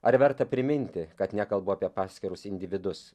ar verta priminti kad nekalbu apie paskirus individus